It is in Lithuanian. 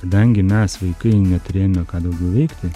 kadangi mes vaikai neturėjome ką daugiau veikti